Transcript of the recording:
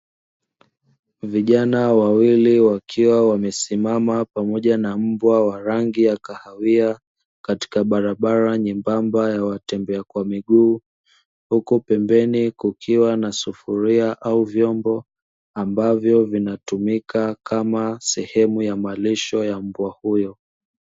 Vijana wawili wakiwa wamesimama pamoja na mbwa wa rangi ya kahawia katika barabara nyembamba ya watembea kwa miguu, huku pembeni kukiwa na sufuria au vyombo ambavyo vinatumika kama sehemu ya malisho ya mbwa huyo.